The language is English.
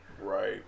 right